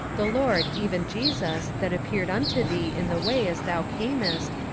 the lord, even jesus, that appeared unto thee in the way as thou camest,